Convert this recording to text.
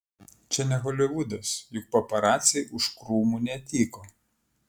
čia ne holivudas juk paparaciai už krūmų netyko